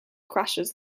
crashes